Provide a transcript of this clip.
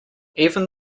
even